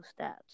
stats